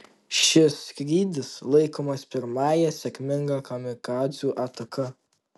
šis skrydis laikomas pirmąja sėkminga kamikadzių ataka